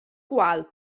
qual